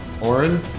Oren